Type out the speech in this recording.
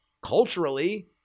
culturally